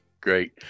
Great